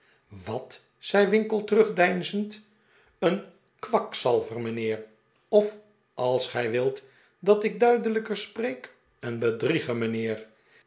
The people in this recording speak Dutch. wat zei winkle terugdeinzend een kwakzalver mijnheer of als gij wilt dat ik duidelijker spreek een bedrieger mijnheer